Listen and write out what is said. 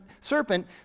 serpent